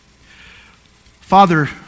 Father